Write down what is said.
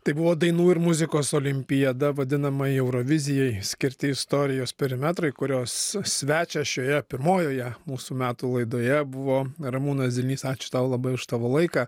tai buvo dainų ir muzikos olimpiada vadinama eurovizijai skirti istorijos perimetrai kurios svečią šioje pirmojoje mūsų metų laidoje buvo ramūnas zilnys ačiū tau labai už tavo laiką